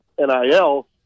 NIL